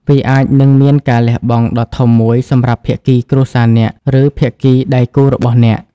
វាអាចនឹងមានការលះបង់ដ៏ធំមួយសម្រាប់ភាគីគ្រួសារអ្នក ឬភាគីដៃគូរបស់អ្នក។